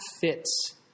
fits